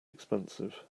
expensive